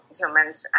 humans